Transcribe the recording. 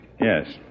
Yes